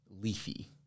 leafy